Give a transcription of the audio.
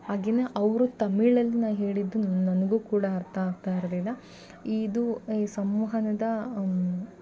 ಹಾಗೆಯೇ ಅವರು ತಮಿಳಲ್ಲಿ ನಾ ಹೇಳಿದ್ದು ನನಗು ಕೂಡ ಅರ್ಥ ಆಗ್ತಾ ಇರಲಿಲ್ಲ ಇದು ಈ ಸಂವಹನದ